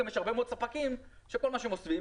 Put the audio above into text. יש הרבה מאוד ספקים שכל מה שהם עושים,